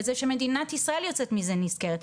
וזה שמדינת ישראל יוצאת מזה נשכרת,